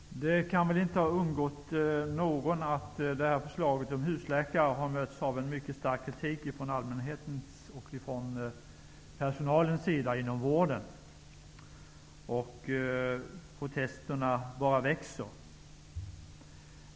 Herr talman! Det kan väl inte ha undgått någon att förslaget om husläkare har mötts av en mycket hård kritik från allmänhetens sida och från personalen inom vården, och protesterna bara växer.